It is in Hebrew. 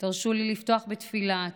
תרשו לי לפתוח בתפילה,